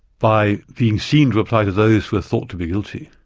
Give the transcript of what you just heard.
by being seen to apply to those who are thought to be guilty.